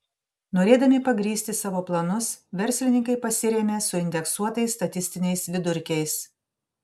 norėdami pagrįsti savo planus verslininkai pasirėmė suindeksuotais statistiniais vidurkiais